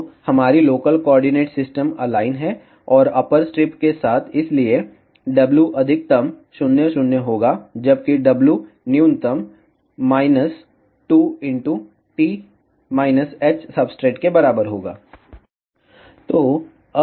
तो हमारी local coordinate system align है और अप्पर स्ट्रिप के साथ इसलिए w अधिकतम 0 0 होगा जबकि w न्यूनतम 2 t h सब्सट्रेट के बराबर होगा